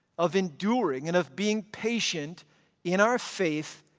of enduring, and of being patient in our faith,